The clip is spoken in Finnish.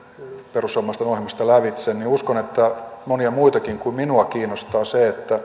perussuomalaisten ohjelmasta lävitse niin uskon että monia muitakin kuin minua kiinnostaa se